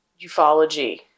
ufology